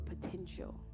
potential